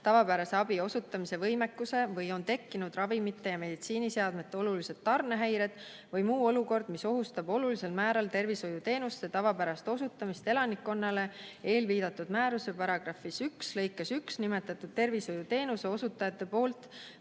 tavapärase abi osutamise võimekuse või on tekkinud ravimite ja meditsiiniseadmete olulised tarnehäired või muu olukord, mis ohustab olulisel määral tervishoiuteenuste tavapärast osutamist elanikkonnale eelviidatud määruse § 1 lõikes 1 nimetatud tervishoiuteenuse osutajate poolt